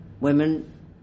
Women